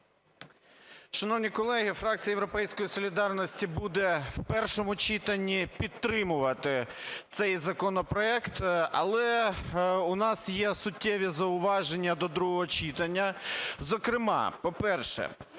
солідарності" буде в першому читанні підтримувати цей законопроект, але у нас є суттєві зауваження до другого читання. Зокрема, по-перше,